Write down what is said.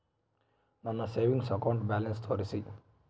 ನನ್ನ savings account balance ತೋರಿಸಿ?